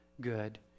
good